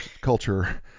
culture